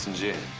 jin